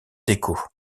déco